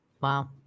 wow